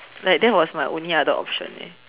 like that was my only other option eh